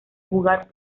jugar